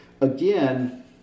Again